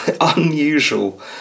unusual